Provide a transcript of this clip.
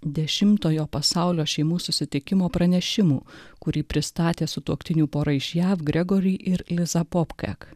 dešimtojo pasaulio šeimų susitikimo pranešimų kurį pristatė sutuoktinių pora iš jav gregor ir liza popkek